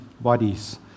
bodies